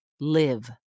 live